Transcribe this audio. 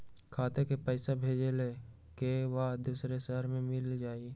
खाता के पईसा भेजेए के बा दुसर शहर में मिल जाए त?